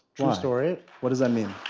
true story what does that mean?